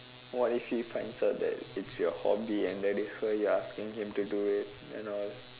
what if he finds out that it's your hobby and that is why you're asking him to do it and all